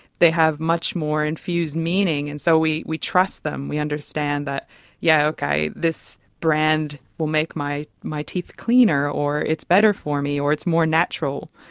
they have much more infused meaning, and so we we trust them. we understand that yes, yeah okay, this brand will make my my teeth cleaner or it's better for me or it's more natural.